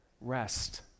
rest